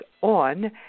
on